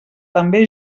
també